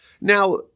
Now